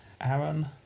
Aaron